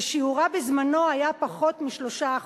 ששיעורה בזמנו היה פחות מ-3%.